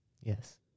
Yes